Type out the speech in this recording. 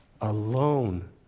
alone